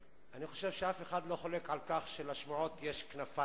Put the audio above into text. אני חושב שאף אחד לא חולק על כך שלשמועות יש כנפיים.